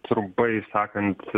trumpai sakant